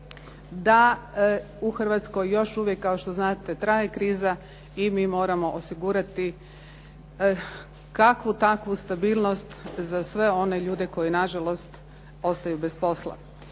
da u Hrvatskoj još uvijek kao što znate traje kriza i mi moramo osigurati kakvu takvu stabilnost za sve one ljude koji na žalost ostaju bez posla.